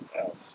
else